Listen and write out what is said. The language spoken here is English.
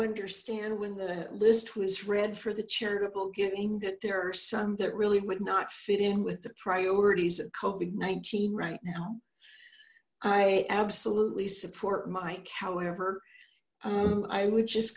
understand when the list was read for the charitable giving that there are some that really would not fit in with the priorities of kovac nineteen right now i absolutely support mike however i would just